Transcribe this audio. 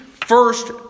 first